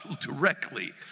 directly